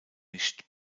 nicht